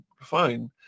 fine